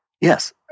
Yes